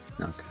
Okay